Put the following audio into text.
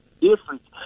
difference